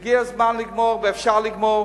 הגיע הזמן לגמור ואפשר לגמור.